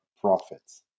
profits